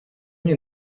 nie